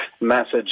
message